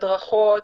הדרכות,